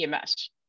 EMS